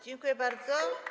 Dziękuję bardzo.